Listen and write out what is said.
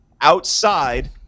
outside